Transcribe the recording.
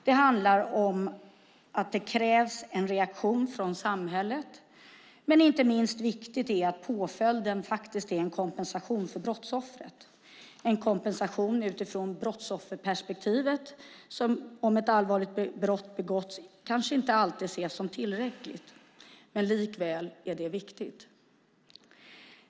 Det handlar om att det krävs en reaktion från samhället. Men inte minst viktigt är att påföljden är en kompensation för brottsoffret - en kompensation som om ett allvarligt brott har begåtts kanske inte alltid ses som tillräckligt utifrån brottsofferperspektivet. Men likväl är det viktigt.